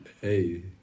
hey